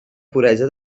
puresa